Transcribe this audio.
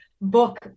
book